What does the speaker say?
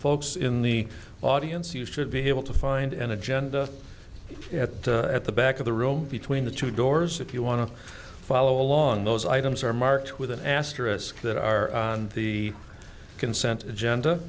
folks in the audience you should be able to find an agenda at the at the back of the room between the two doors if you want to follow along those items are marked with an asterisk that are on the consent agenda